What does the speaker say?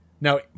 now